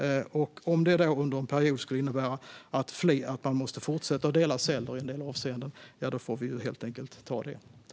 Om det då under en period skulle innebära att man ibland måste fortsätta att dela celler får vi helt enkelt ta det.